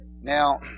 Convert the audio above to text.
Now